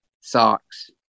socks